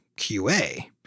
QA